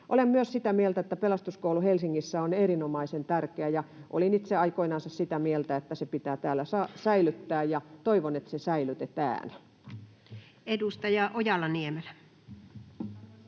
Olen myös sitä mieltä, että pelastuskoulu Helsingissä on erinomaisen tärkeä. Olin itse aikoinansa sitä mieltä, että se pitää täällä säilyttää, ja toivon, että se säilytetään. [Speech 42] Speaker: